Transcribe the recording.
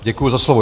Děkuji za slovo.